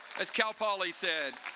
as cal pauley said.